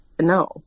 No